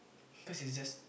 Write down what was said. cause it's just